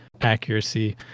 accuracy